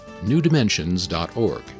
newdimensions.org